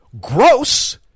Gross